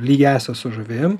lygiąsias su žuvim